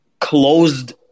closed